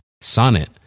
Sonnet